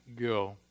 go